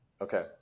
okay